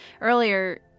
earlier